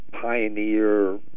pioneer